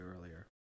earlier